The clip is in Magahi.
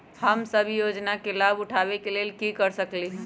हम सब ई योजना के लाभ उठावे के लेल की कर सकलि ह?